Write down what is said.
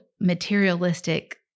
materialistic